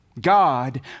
God